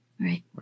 Right